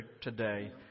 today